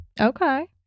Okay